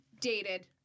dated